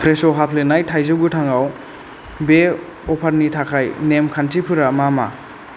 fresh' हाफ्लेनाय थाइजौ गोथाङाव बे अफारनि थाखाय नेम खान्थिफोरा मा मा